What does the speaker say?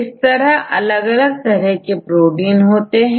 इस तरह अलग अलग तरह के प्रोटीन होते हैं